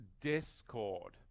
Discord